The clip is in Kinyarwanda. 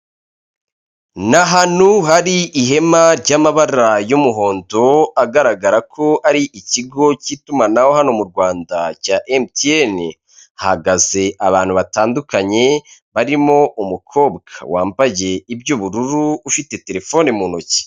Ni ahantu hari ihema ry'amabara y'umuhondo agaragara ko ari ikigo cy'itumanaho hano mu Rwanda cya MTN, hahagaze abantu batandukanye barimo umukobwa wambaye iby'ubururu ufite telefoni mu ntoki.